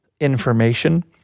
information